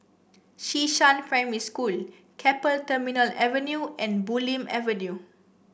Xishan Primary School Keppel Terminal Avenue and Bulim Avenue